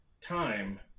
time